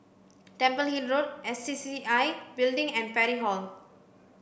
Temple Hill Road S C C C I Building and Parry Hall